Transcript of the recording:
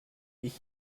ich